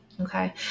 okay